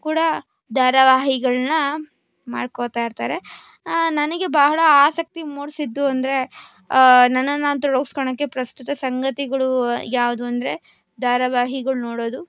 ಕೂಡ ಧಾರಾವಾಹಿಗಳನ್ನ ಮಾಡ್ಕೋತಾ ಇರ್ತಾರೆ ನನಗೆ ಬಹಳ ಆಸಕ್ತಿ ಮೂಡಿಸಿದ್ದು ಅಂದರೆ ನನ್ನನ್ನು ನಾನು ತೊಡಗಿಸ್ಕೊಳ್ಳೋಕೆ ಪ್ರಸ್ತುತ ಸಂಗತಿಗಳು ಯಾವುದು ಅಂದರೆ ಧಾರಾವಾಹಿಗಳು ನೋಡೋದು